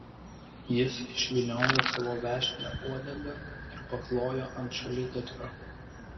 jis išvyniojo savo vešlią uodegą ir paklojo ant šaligatvio